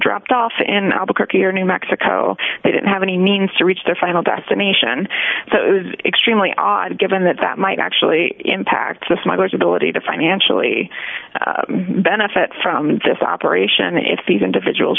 dropped off in albuquerque or new mexico they didn't have any means to reach their final destination so it was extremely odd given that that might actually impact the smiles ability to financially benefit from this operation if these individuals